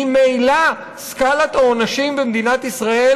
ממילא סקאלת העונשים במדינת ישראל